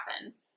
happen